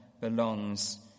belongs